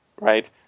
right